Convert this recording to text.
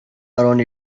around